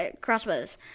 crossbows